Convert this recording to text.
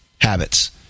habits